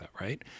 right